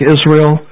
Israel